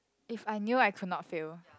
if I knew I could not fail